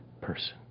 person